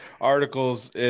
articles